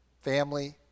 family